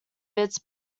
bits